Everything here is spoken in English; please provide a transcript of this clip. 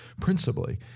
principally